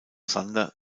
sander